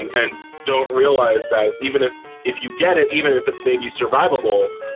and and don't realize that even ah if you get it, even if it's maybe survivable,